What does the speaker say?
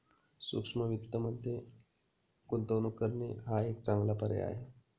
सूक्ष्म वित्तमध्ये गुंतवणूक करणे हा एक चांगला पर्याय आहे